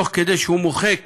תוך שהוא מוחק